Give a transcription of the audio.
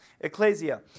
Ecclesia